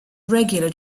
regular